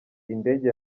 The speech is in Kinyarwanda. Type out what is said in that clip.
indege